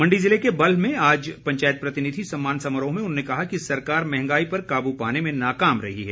मंडी जिले के बल्ह में आज पंचायत प्रतिनिधि सम्मान समारोह में उन्होंने कहा कि सरकार महंगाई पर काबू पाने में नाकाम रही है